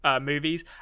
movies